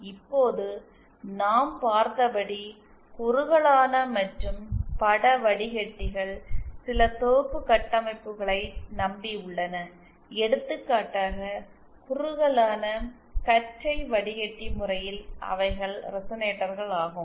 இப்போது நாம் பார்த்தபடி குறுகலான மற்றும் பட வடிகட்டிகள் சில தொகுப்பு கட்டமைப்புகளை நம்பியுள்ளன எடுத்துக்காட்டாக குறுகலான கற்றை வடிகட்டி முறையில் அவைகள் ரெசனேட்டர்கள் ஆகும்